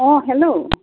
অঁ হেল্ল'